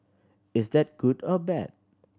is that good or bad